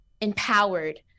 empowered